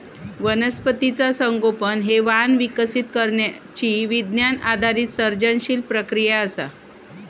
वनस्पतीचा संगोपन हे वाण विकसित करण्यची विज्ञान आधारित सर्जनशील प्रक्रिया असा